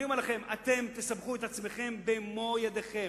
אני אומר לכם, אתם תסבכו את עצמכם במו ידיכם.